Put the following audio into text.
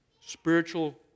spiritual